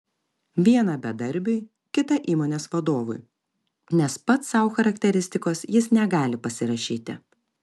vieną bedarbiui kitą įmonės vadovui nes pats sau charakteristikos jis negali pasirašyti